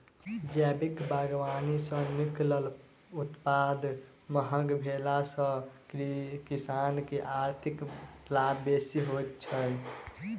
जैविक बागवानी सॅ निकलल उत्पाद महग भेला सॅ किसान के आर्थिक लाभ बेसी होइत छै